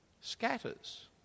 scatters